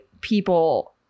people